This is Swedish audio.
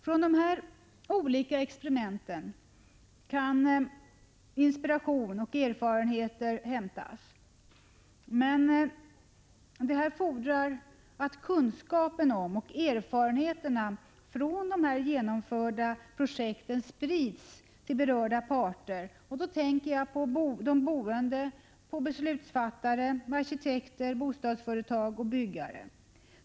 Från dessa olika experiment kan inspiration och erfarenheter hämtas. Men detta fordrar att kunskapen om och erfarenheterna av dessa genomförda projekt sprids till berörda parter. Då tänker jag på de boende, på beslutsfattare, arkitekter, bostadsföretag och byggare.